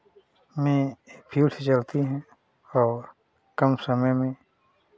में ये फ़्यूल से चलती हैं और कम समय में